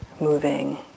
moving